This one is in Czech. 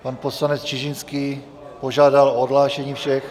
Pan poslanec Čižinský požádal o odhlášení všech.